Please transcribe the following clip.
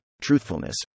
Truthfulness